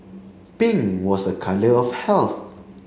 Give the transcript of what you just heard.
pink was a colour of health